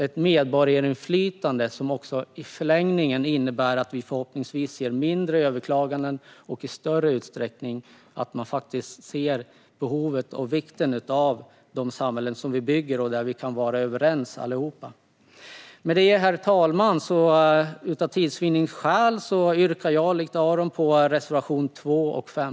Ett medborgarinflytande skulle i förlängningen kunna innebära att vi förhoppningsvis ser färre överklaganden och i större utsträckning ser behovet och vikten av de samhällen vi bygger och där vi alla kan vara överens. Herr talman! För tids vinnande yrkar jag precis som Aron Emilsson härmed bifall enbart till reservationerna 2 och 5.